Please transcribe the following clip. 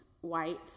white